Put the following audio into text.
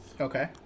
Okay